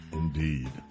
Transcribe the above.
indeed